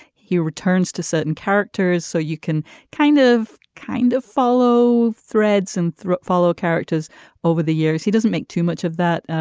he returns to certain characters so you can kind of kind of follow threads and follow characters over the years. he doesn't make too much of that.